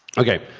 okay!